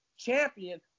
champion